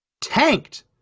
tanked